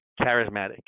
charismatic